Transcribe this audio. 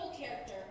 character